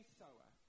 sower